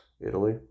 italy